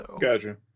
Gotcha